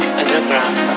underground